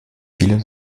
viele